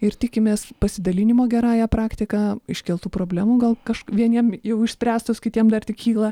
ir tikimės pasidalinimo gerąja praktika iškeltų problemų gal kaž vieniem jau išspręstos kitiem dar tik kyla